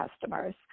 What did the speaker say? customers